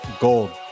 gold